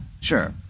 sure